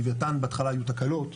בלותן היו בהתחלה תקלות,